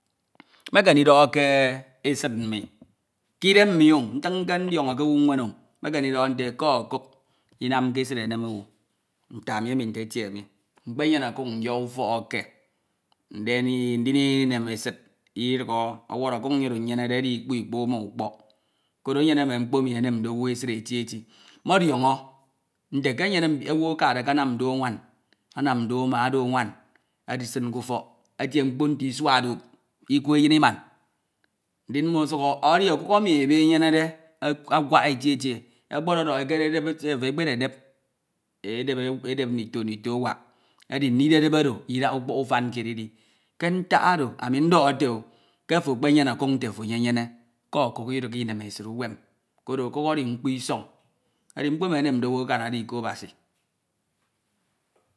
. Mmekeme ndidọhọ ke esid nni, ke idem mi o, ntinke, ndiọñọ ke owu nwen. Mmekeme ndidọhọ nte ke ọkuk inamke esid enem owu. Nte ame emi ntetie me, mkpenyene ọkuk nyshọ ufọkk eke, ndin inem esid idukhọ ọwọrọ ọkuk nni oro nyenede edi ikpikpu ma ukpok. Koro enyene mme mkpo emi enemde owu eside eti eti. Mmọdiọñọ nte enyeme owu akade akanam ndo anwan, anam ndo ama odo nwan edisin ke ufok, etie mkpo nte isua dup, ikwe eyin iman. Ndin mmo osuk ọ edi ọkuk emi ebe enyenede awak eti eti, ekpedọdọhọ ekededep sef ekpede dep, e dep edep ndito, ndito awak. Edi ndide dip oro idaha ukpok ufan kied idi. Ke ntak oro anundọhọ ete o ke ofo ekpenyene ọkuk nte eyenyene ke okuk idihghe inemesid uwem koro okuk edi mkpo isọñ Edi mkpo enu enemde owu akah edi iko Abasi.